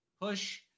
push